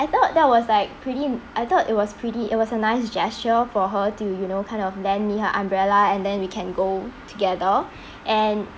I thought that was like pretty I thought it was pretty it was a nice gesture for her to you know kind of lent me her umbrella and then we can go together and